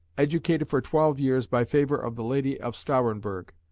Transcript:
educated for twelve years by favour of the lady of stahrenburg,